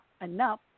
enough